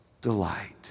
delight